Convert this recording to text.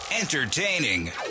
Entertaining